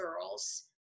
girls